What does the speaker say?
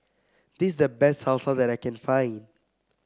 this the best Salsa that I can find